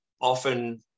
often